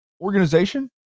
organization